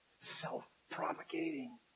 self-propagating